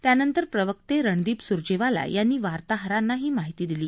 त्यानंतर प्रवक्ते रणदीप सुरजेवाला यांनी वार्ताहरांना ही माहिती दिली